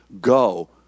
Go